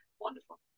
wonderful